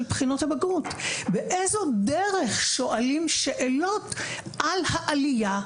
של בחינות הבגרות: באיזו דרך שואלים שאלות על העלייה?